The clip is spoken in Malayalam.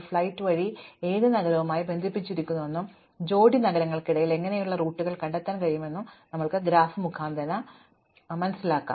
ഒരു ഫ്ലൈറ്റ് വഴി ഏത് നഗരവുമായി ബന്ധിപ്പിച്ചിരിക്കുന്നുവെന്നും ജോഡി നഗരങ്ങൾക്കിടയിൽ എനിക്ക് എങ്ങനെയുള്ള റൂട്ടുകൾ കണ്ടെത്താൻ കഴിയുമെന്നതും മാത്രമാണ് ഞങ്ങൾക്ക് അറിയാൻ താൽപ്പര്യമുള്ളത്